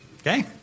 Okay